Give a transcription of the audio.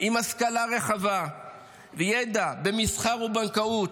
עם השכלה רחבה וידע במסחר ובנקאות,